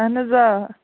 اَہَن حظ آ